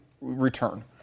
return